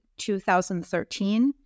2013